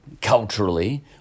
culturally